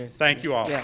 ah thank you, i